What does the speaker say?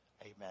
Amen